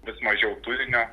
vis mažiau turinio